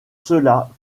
cela